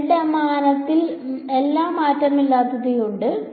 z മാനത്തിൽ എല്ലാം മാറ്റമില്ലാത്തതാണ്